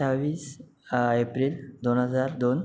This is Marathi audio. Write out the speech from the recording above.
अठ्ठावीस एप्रिल दोन हजार दोन